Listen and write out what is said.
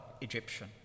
Egyptian